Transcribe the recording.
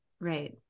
right